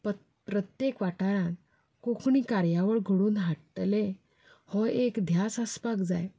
प्रत्येक वाठारांत कोंकणी कार्यावळ घडोवन हाडटले हो एक ध्यास आसपाक जाय